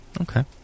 okay